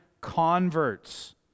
converts